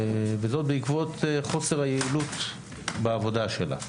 וזאת בעקבות חוסר היעילות בעבודה שלה.